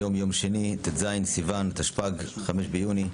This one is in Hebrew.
היום יום שני, ט"ז בסיוון התשפ"ג, ה-5 ביוני.